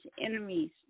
Enemies